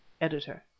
editor